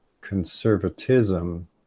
conservatism